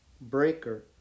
Breaker